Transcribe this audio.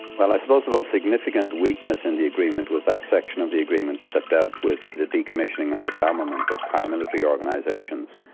well i suppose the most significant weakness in the agreement was that section of the agreement that dealt with the decommissioning or disarmament of paramilitary organisations.